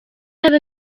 have